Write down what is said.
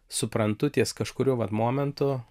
suprantu ties kažkuriuo vat momentu